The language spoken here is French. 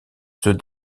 ceux